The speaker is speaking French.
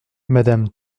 madame